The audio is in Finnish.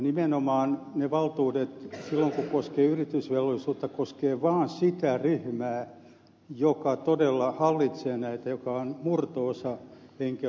nimenomaan ne valtuudet silloin kun ne koskevat yritysvelvollisuutta koskevat vain sitä ryhmää joka todella hallitsee näitä ja joka on murto osa henkilökunnasta